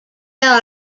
are